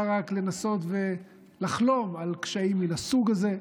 רק לנסות ולחלום על קשיים מן הסוג הזה,